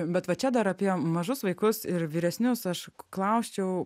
bet va čia dar apie mažus vaikus ir vyresnius aš klausčiau